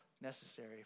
necessary